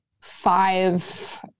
five